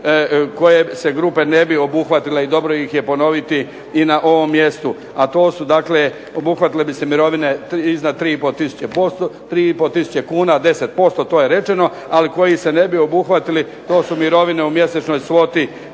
koje se grupe ne bi obuhvatile i dobro ih je ponoviti i na ovom mjestu a to su dakle, obuhvatile bi se mirovine iznad 3,5 tisuće, 3,5 tisuće kuna 10%, to je rečeno, ali koji se ne bi obuhvatili to su mirovine u mjesečnoj svoti